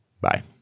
Bye